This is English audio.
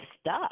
stuck